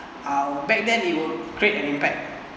uh back then it will create an impact